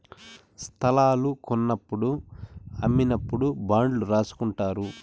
స్తలాలు కొన్నప్పుడు అమ్మినప్పుడు బాండ్లు రాసుకుంటారు